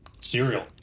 Cereal